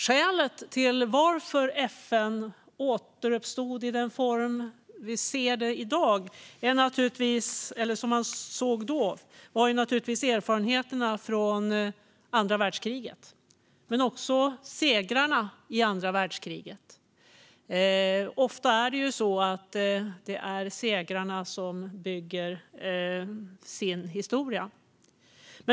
Skälet till att FN återuppstod i den form vi ser det i dag var naturligtvis erfarenheterna från andra världskriget och segrarna i andra världskriget. Ofta är det ju segrarna som bygger sin historia.